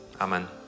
Amen